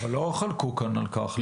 אבל לא חלקו כאן על כך,